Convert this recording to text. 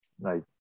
right